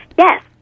Yes